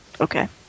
Okay